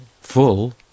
full